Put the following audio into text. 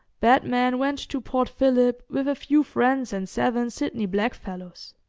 batman went to port phillip with a few friends and seven sydney blackfellows.